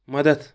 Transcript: مدد